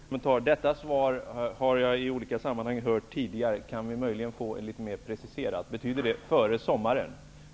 Herr talman! Detta svar har jag i olika sammanhang hört tidigare. Kan jag möjligen få det litet mer preciserat? Betyder det före sommaren?